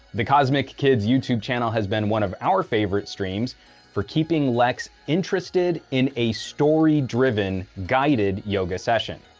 the cosmic kids youtube channel has been one of our favorite streams for keeping lex interested in a story driven guided yoga session.